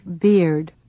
beard